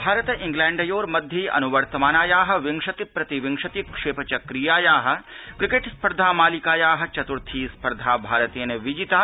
भारत इंग्लैण्डयोर्मध्य ञिन्वर्तमानायाः विंशति प्रति विंशति क्षात्रिवक्रीयायाः क्रिक्ट्विस्पर्धा मालिकायाः चत्थी स्पर्धा भारतः विजिता